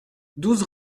douze